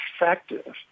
effective